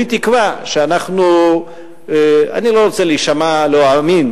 לא רוצה להישמע לא אמין.